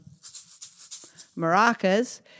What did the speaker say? maracas